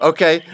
Okay